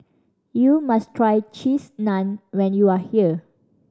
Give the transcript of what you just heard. you must try Cheese Naan when you are here